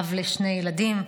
אב לשני ילדים.